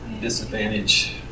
disadvantage